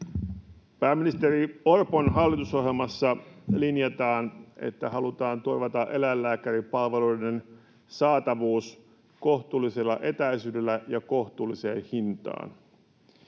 Pääministeri Orpon hallitusohjelmassa linjataan, että halutaan turvata eläinlääkäripalveluiden saatavuus kohtuullisella etäisyydellä ja kohtuulliseen hintaan.